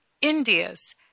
indias